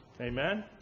Amen